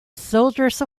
soldiers